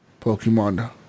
Pokemon